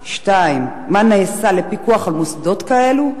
2. מה נעשה לפיקוח על מוסדות כאלה?